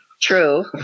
true